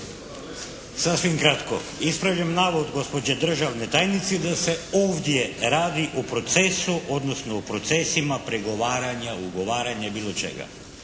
Sasvim kratko. Ispravljam navod gospođe državne tajnice, da se ovdje radi o procesu, odnosno o procesima pregovaranja, ugovaranja i bilo čega.